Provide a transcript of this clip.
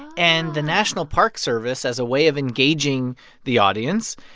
and the national park service, as a way of engaging the audience,